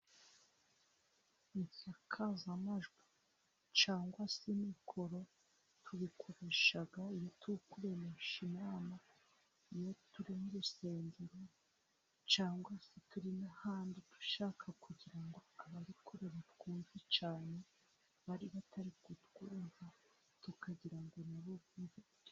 Insakazamajwi cyangwa se mikoro tuyikoresha iyo turi bkumesha inama, iyo turi mu rusengero , cyangwa se turi n'ahandi dushaka kugira ngo ababikorera twumve cyane bari batari kutwumva tukagira ngo bumve.